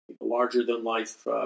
larger-than-life